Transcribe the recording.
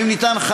ואם ניתן,